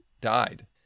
died